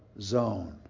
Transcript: zone